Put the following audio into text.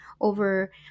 over